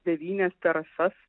devynis terasas